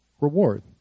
reward